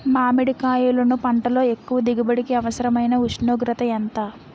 మామిడికాయలును పంటలో ఎక్కువ దిగుబడికి అవసరమైన ఉష్ణోగ్రత ఎంత?